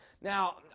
Now